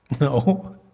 No